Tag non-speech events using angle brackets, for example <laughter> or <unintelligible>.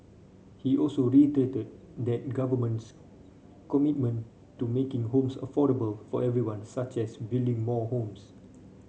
he also <unintelligible> the Government's commitment to making homes affordable for everyone such as building more homes